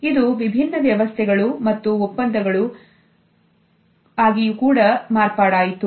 ಇದು ವಿಭಿನ್ನ ವ್ಯವಸ್ಥೆಗಳು ಮತ್ತು ಒಪ್ಪಂದಗಳು ರಾಗಿಯೂ ಕೂಡ ಮಾರ್ಪಾಡಾಯಿತು